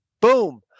boom